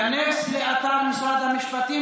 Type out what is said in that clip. כנס לאתר משרד המשפטים,